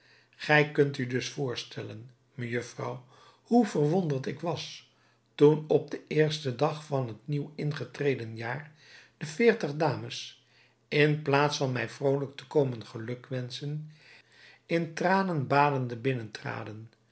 gij kunt u dus voorstellen mejufvrouw hoe verwonderd ik was toen op den eersten dag van het nieuw ingetreden jaar de veertig dames in plaats van mij vrolijk te komen geluk wenschen in tranen